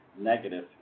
negative